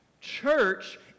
Church